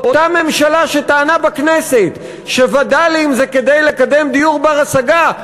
אותה ממשלה שטענה בכנסת שווד"לים זה כדי לקדם דיור בר-השגה,